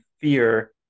fear